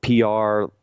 PR